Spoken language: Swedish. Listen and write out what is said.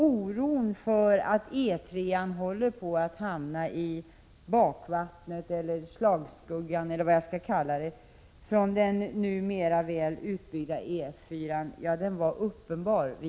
Oron för att E 3-an håller på att hamna i bakvatten eller slagskuggan från den nu väl utbyggda E 4 var uppenbar.